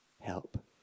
help